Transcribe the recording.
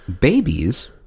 babies